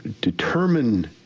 determine